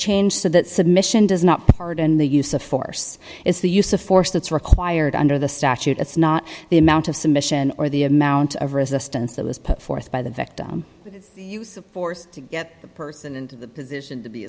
changed to that submission does not pardon the use of force is the use of force that's required under the statute it's not the amount of submission or the amount of resistance that was put forth by the victim use of force to get the person and the position to be